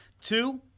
Two